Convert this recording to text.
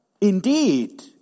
indeed